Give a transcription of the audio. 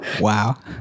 Wow